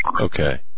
Okay